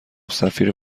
سفیر